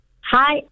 Hi